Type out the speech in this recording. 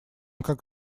как